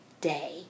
day